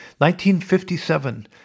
1957